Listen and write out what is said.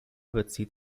bezieht